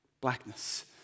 blackness